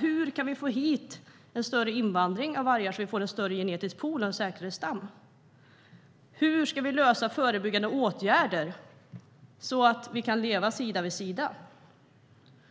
Hur kan vi få en större invandring av vargar, så att vi får en större genetisk pool och en säkrare stam? Hur ska vi lösa frågan om förebyggande åtgärder, så att vi kan leva sida vid sida?